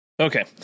Okay